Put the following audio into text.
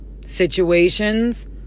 situations